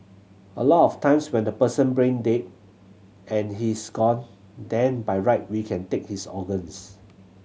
a lot of times when the person brain dead and he's gone then by right we can take his organs